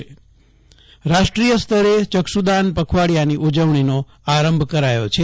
જયદીપ વૈશ્નવ ચક્ષુદાન પખવાડીયુ રાષ્ટ્રીય સ્તારે ચક્ષુદાન પખવાડીયાની ઉજવણીનો આરંભ કરાયો છે